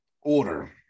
order